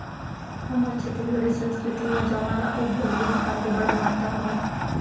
हमर छत्तीसगढ़ी संस्कृति म जंवारा अउ भोजली तिहार के बड़ महत्ता हावय